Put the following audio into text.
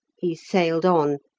he sailed on,